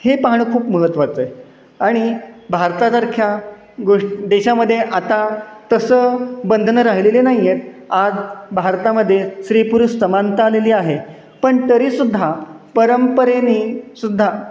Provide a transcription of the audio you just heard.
हे पाहणं खूप महत्त्वाचं आहे आणि भारतासारख्या गोश देशामध्ये आता तसं बंधनं राहिलेली नाही आहेत आज भारतामध्ये स्त्री पुरुष समानता आलेली आहे पण तरीसुद्धा परंपरेने सुद्धा